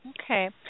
Okay